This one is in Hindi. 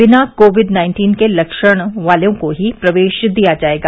बिना कोविड नाइन्टीन के लक्षणों वाले लोगों को ही प्रवेश दिया जाएगा